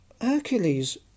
Hercules